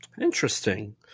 Interesting